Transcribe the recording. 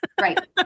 Right